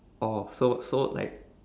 oh so so like